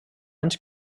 anys